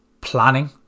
planning